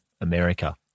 America